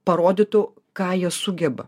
parodytų ką jie sugeba